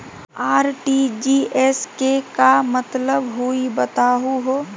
RTGS के का मतलब हई, बताहु हो?